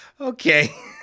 Okay